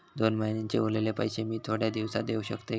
दोन महिन्यांचे उरलेले पैशे मी थोड्या दिवसा देव शकतय?